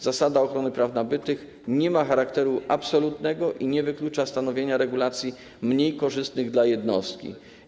Zasada ochrony praw nabytych nie ma charakteru absolutnego i nie wyklucza stanowienia regulacji mniej korzystnych dla jednostki.